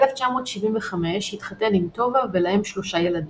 ב-1975 התחתן עם טובה ולהם שלושה ילדים.